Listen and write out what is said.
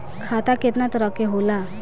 खाता केतना तरह के होला?